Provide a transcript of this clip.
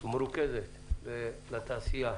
ומרוכזת לתעשייה